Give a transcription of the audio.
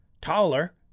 taller